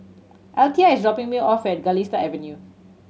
Alethea is dropping me off at Galistan Avenue